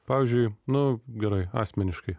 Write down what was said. pavyzdžiui nu gerai asmeniškai